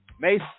Mace